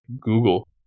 google